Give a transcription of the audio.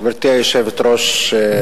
גברתי היושבת-ראש,